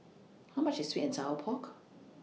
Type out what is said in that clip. How much IS Sweet and Sour Pork